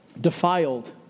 Defiled